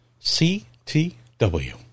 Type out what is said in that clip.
CTW